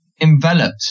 enveloped